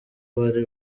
bari